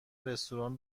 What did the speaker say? رستوران